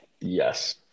yes